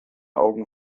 augen